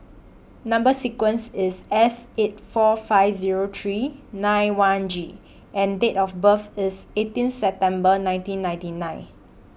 Number sequence IS S eight four five Zero three nine one G and Date of birth IS eighteen September nineteen ninety nine